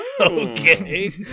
Okay